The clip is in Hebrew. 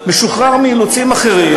משוחרר מאילוצים אחרים.